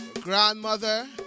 Grandmother